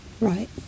Right